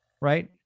right